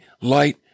light